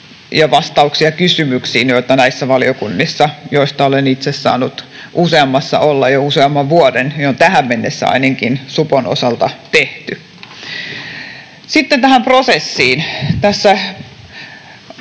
ja vastauksia kysymyksiin, mitä näissä valiokunnissa, joista olen itse saanut useammassa olla jo useamman vuoden, on tähän mennessä ainakin supon osalta tehty. Sitten tähän prosessiin: